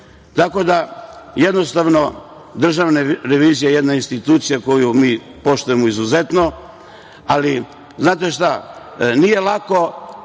i mi. Jednostavno, Državna revizija je jedna institucija koju mi poštujemo izuzetno, ali znate šta – nije lako